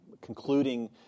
concluding